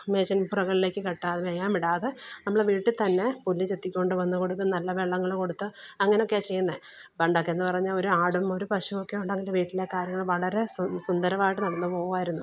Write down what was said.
മേച്ചില്പ്പുറങ്ങളിലേക്ക് കെട്ടാന് മേയാന് വിടാതെ നമ്മൾ വീട്ടിൽ തന്നെ പുല്ലു ചെത്തിക്കൊണ്ട് വന്നു കൊടുക്കും നല്ല വെള്ളങ്ങൾ കൊടുത്ത് അങ്ങനെയൊക്കെയാ ചെയ്യുന്നത് പണ്ടൊക്കെയെന്ന് പറഞ്ഞാൽ ഒരു ആടും ഒരു പശുവും ഒക്കെ ഉണ്ടെങ്കിൽ വീട്ടിലെ കാര്യങ്ങൾ വളരെ സുന്ദരമായിട്ട് നടന്നു പോകുമായിരുന്നു